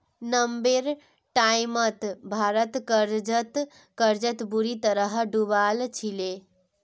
नब्बेर टाइमत भारत कर्जत बुरी तरह डूबाल छिले